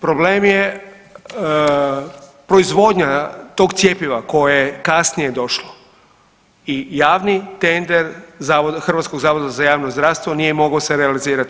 Problem je proizvodnja tog cjepiva koje je kasnije došlo i javni tender Hrvatskog zavoda za javno zdravstvo nije se mogao realizirati.